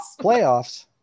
playoffs